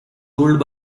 ruled